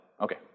Okay